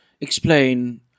explain